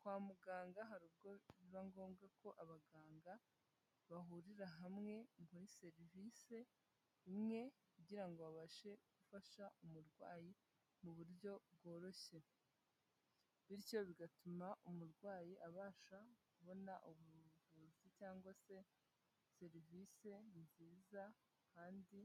Kwa muganga hari ubwo biba ngombwa ko abaganga bahurira hamwe muri serivise imwe kugira babashe gufasha umurwayi mu buryo bworoshye, bityo bigatuma umurwayi abasha kubona ubuvuzi cyangwa se serivise nziza kandi